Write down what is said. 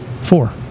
Four